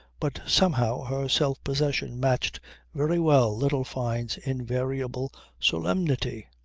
but somehow her self-possession matched very well little fyne's invariable solemnity.